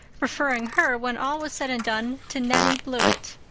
preferring her, when all was said and done, to nettie blewett.